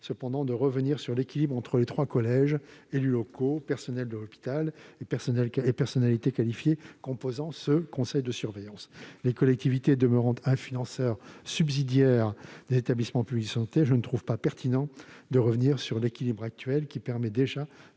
opportun de revenir sur l'équilibre entre les trois collèges, élus locaux, personnels de l'hôpital et personnalités qualifiées, composant ce conseil de surveillance. Les collectivités demeurant un financeur subsidiaire des établissements publics de santé, je ne trouve pas pertinent de revenir sur l'équilibre actuel, qui permet déjà